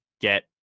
get